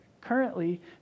currently